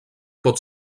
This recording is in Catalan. pot